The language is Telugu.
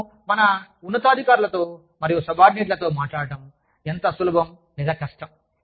మనము మన ఉన్నతాధికారులతో మరియు సబార్డినేట్లతో మాట్లాడటం ఎంత సులభం లేదా కష్టం